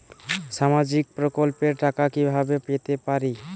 সামাজিক প্রকল্পের টাকা কিভাবে পেতে পারি?